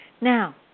Now